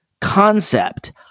concept